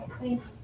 Thanks